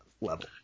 level